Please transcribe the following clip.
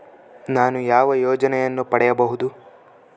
ನಾನು ಯಾವ ಯೋಜನೆಯನ್ನು ಪಡೆಯಬಹುದು?